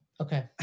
Okay